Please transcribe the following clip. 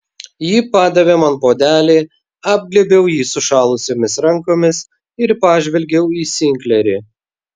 ji padavė man puodelį apglėbiau jį sušalusiomis rankomis ir pažvelgiau į sinklerį